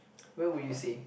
where would you say